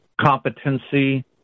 competency